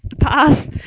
past